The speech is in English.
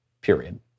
period